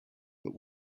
but